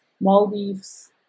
Maldives